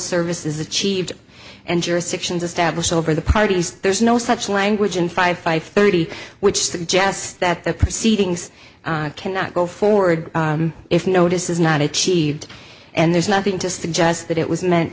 service is achieved and jurisdictions established over the parties there's no such language in five five thirty which suggests that the proceedings cannot go forward if notice is not achieved and there's nothing to suggest that it was meant